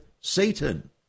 Satan